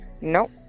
Nope